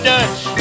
Dutch